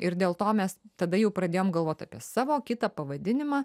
ir dėl to mes tada jau pradėjom galvoti apie savo kitą pavadinimą